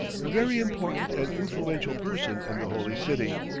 a very important and influential person in the holy city.